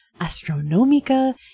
Astronomica